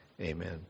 amen